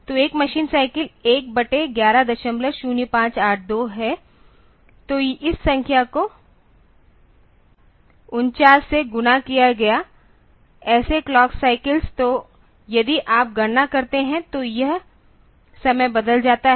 तो एक machine cycle 1 110582 है तो इस संख्या को 49 से गुणा किया गया ऐसे क्लॉक साइकल्स तो यदि आप गणना करते हैं तो यह समय बदल जाता है